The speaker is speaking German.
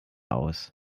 aus